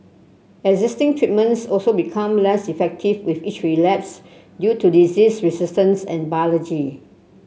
existing treatments also become less effective with each relapse due to disease resistance and biology